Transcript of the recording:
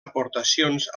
aportacions